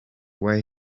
where